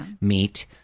meet